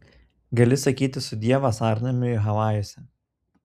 gali sakyti sudie vasarnamiui havajuose